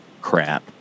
crap